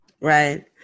right